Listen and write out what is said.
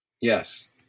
Yes